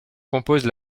compose